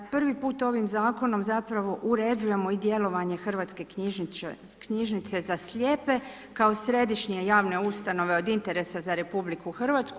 Prvi put ovim zakonom zapravo uređujemo i djelovanje Hrvatske knjižnice za slijepe kao središnje javne ustanove od interesa za RH.